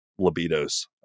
libidos